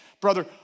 brother